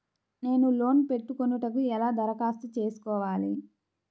నేను లోన్ పెట్టుకొనుటకు ఎలా దరఖాస్తు చేసుకోవాలి?